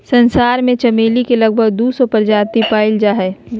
संसार में चमेली के लगभग दू सौ प्रजाति पाल जा हइ